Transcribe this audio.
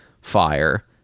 fire